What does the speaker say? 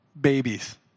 Babies